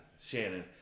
Shannon